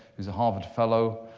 who's a harvard fellow,